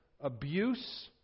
abuse